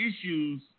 issues